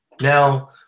Now